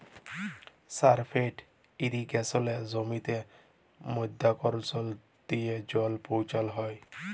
surface ইরিগেসলে জমিতে মধ্যাকরসল দিয়ে জল পৌঁছাল হ্যয়